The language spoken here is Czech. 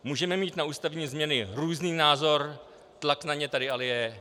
Můžeme mít na ústavní změny různý názor, tlak na ně tady ale je.